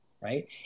right